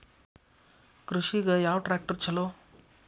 ಕೃಷಿಗ ಯಾವ ಟ್ರ್ಯಾಕ್ಟರ್ ಛಲೋ?